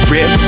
Rip